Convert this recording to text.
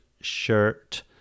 shirt